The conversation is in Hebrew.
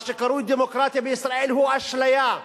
מה שקרוי דמוקרטיה בישראל הוא אשליה,